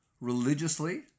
religiously